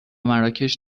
مراکش